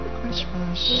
Christmas